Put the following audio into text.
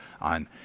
on